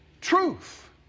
truth